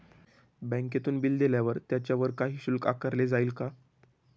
बँकेतून बिले दिल्यावर त्याच्यावर काही शुल्क आकारले जाईल का?